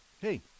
Hey